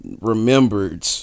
remembered